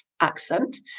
accent